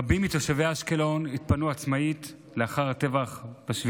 רבים מתושבי אשקלון התפנו עצמאית לאחר הטבח ב-7